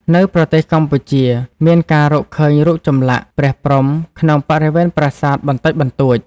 នៅប្រទេសកម្ពុជា មានការរកឃើញរូបចម្លាក់ព្រះព្រហ្មក្នុងបរិវេណប្រាសាទបន្តិចបន្តួច។